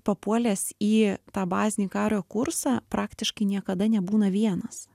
papuolęs į tą bazinį kario kursą praktiškai niekada nebūna vienas